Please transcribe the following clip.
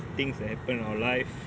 things that happen our life